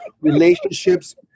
relationships